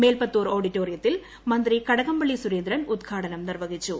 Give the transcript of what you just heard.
മേൽപത്തൂർ ഓഡിറ്റോറിയത്തിൽ മന്ത്രി കടകംപള്ളി സുരേന്ദ്ര്ൻ ഉദ്ഘാടനം നിർവഹിച്ചു